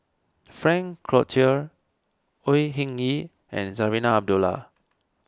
Frank Cloutier Au Hing Yee and Zarinah Abdullah